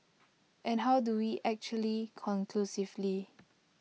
and how do we actually conclusively